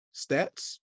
stats